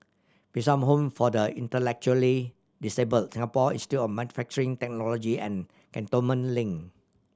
Bishan Home for the Intellectually Disabled Singapore Institute of Manufacturing Technology and Cantonment Link